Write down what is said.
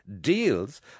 deals